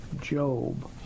Job